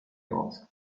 asked